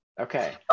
Okay